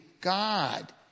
God